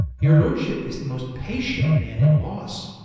your lordship is the most patient man in loss,